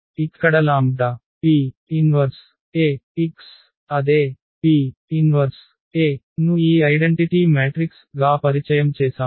ఇక్కడ λ P 1 Ax అదే P 1 A ను ఈ ఐడెంటిటీ మ్యాట్రిక్స్ గా పరిచయం చేసాము